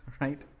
right